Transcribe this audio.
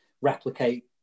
replicate